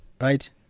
Right